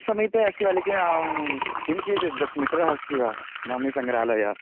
समीपे अस्ति वा लेकिन् किञ्चिद् दश मीटरः अस्ति वा गान्धीसङ्ग्रहालयः